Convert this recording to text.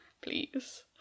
please